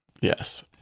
yes